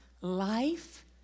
Life